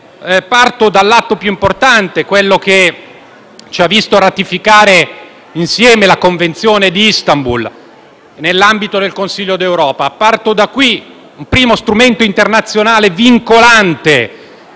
ricordare l'atto più importante, quello che ci ha visto ratificare insieme la Convenzione di Istanbul nell'ambito del Consiglio d'Europa: parto da questo primo strumento internazionale vincolante